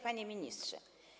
Panie Ministrze!